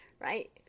right